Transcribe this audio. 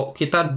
kita